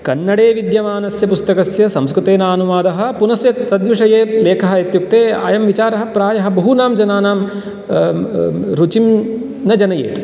कन्नडे विद्यमानस्य पुस्तकस्य संस्कृतेन अनुवादः पुनस्य तद्विषये लेखः इत्युक्ते अयं विचारः प्रायः बहूनां जनानां रुचिं न जनयेत्